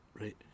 right